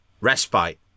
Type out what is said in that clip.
respite